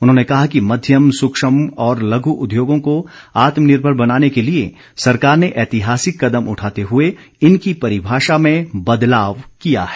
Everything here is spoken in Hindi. उन्होंने कहा कि मध्यम सूक्ष्म और लघु उद्योगों को आत्मनिर्भर बनाने के लिए सरकार ने ऐतिहासिक कदम उठाते हुए इनकी परिभाषा में बदलाव किया है